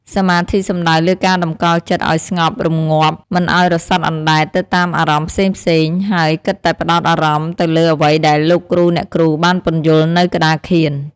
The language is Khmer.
សមាធិសំដៅលើការតម្កល់ចិត្តឲ្យស្ងប់រម្ងាប់ មិនឲ្យរសាត់អណ្ដែតទៅតាមអារម្មណ៍ផ្សេងៗ ហើយគិតតែផ្ដោតអារម្មណ៍ទៅលើអ្វីដែលលោកគ្រូអ្នកគ្រូបានពន្យល់នៅក្ដារខៀន។